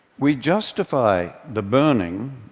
we justify the burning,